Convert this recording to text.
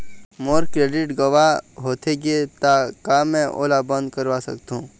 मोर credit गंवा होथे गे ता का मैं ओला बंद करवा सकथों?